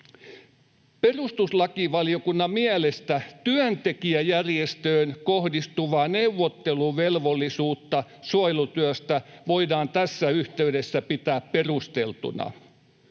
”Perustuslakivaliokunnan mielestä työntekijäjärjestöön kohdistuvaa neuvotteluvelvollisuutta suojelutyöstä voidaan tässä yhteydessä pitää perusteltuna.”